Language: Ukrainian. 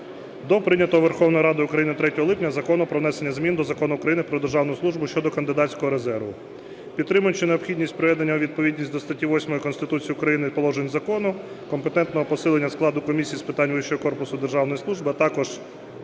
до прийнятого Верховною Радою України 3 липня Закону "Про внесення змін до Закону України "Про державну службу" щодо кандидатського резерву". Підтримуючи необхідність приведення у відповідність до статті 8 Конституції України і положень закону компетентного посилення складу комісії з питань вищого корпусу державної служби, а також